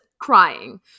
crying